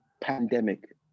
pandemic